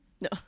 No